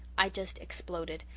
i just exploded.